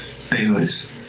thelyss